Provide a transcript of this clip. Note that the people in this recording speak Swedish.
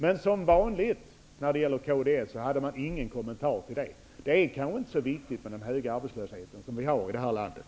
Men som vanligt hade man från kds ingen kommentar till det. Det är kanske inte så viktigt med den höga arbetslöshet som vi har här i landet?